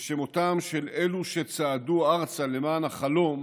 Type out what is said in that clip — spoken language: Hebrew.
ושמותם של אלו שצעדו ארצה למען החלום